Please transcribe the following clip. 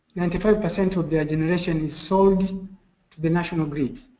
ninety five percent of their generation is sold to the national grid.